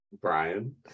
brian